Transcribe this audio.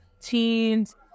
teens